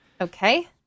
Okay